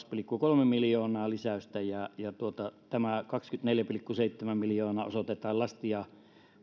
pilkku kolme miljoonaa lisäystä tämä kaksikymmentäneljä pilkku seitsemän miljoonaa osoitetaan lasti ja